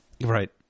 right